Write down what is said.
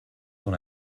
dans